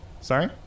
Sorry